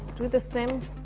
do the same